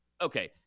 okay